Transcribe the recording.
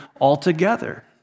altogether